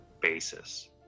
basis